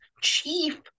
chief